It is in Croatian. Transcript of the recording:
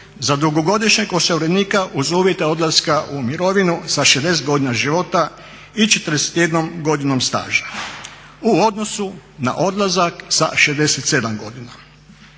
za dugogodišnjeg osiguranika uz uvjete odlaska u mirovinu sa 60 godina života i 41 godinom staža u odnosu na odlazak sa 67 godina.